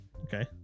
Okay